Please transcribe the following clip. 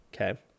Okay